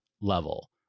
level